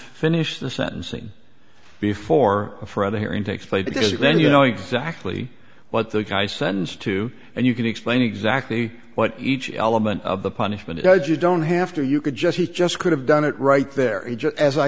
finish the sentencing before for other hearing takes place that is it then you know exactly what the guy sends to and you can explain exactly what each element of the punishment does you don't have to you could just he just could have done it right there as i